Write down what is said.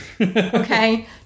Okay